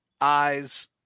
Eyes